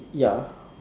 ya